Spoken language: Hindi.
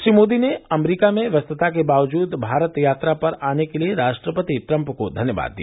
श्री मोदी ने अमरीका में व्यस्तता के बावजूद भारत यात्रा पर आने के लिए राष्ट्रपति ट्रंप को धन्यवाद दिया